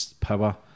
power